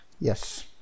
Yes